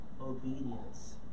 obedience